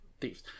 Thieves